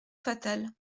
fatal